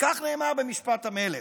וכך נאמר במשפט המלך: